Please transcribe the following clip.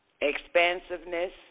expansiveness